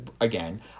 again